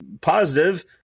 positive